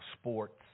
sports